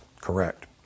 correct